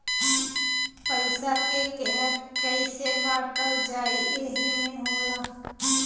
पइसा के केहर कइसे बाँटल जाइ एही मे होला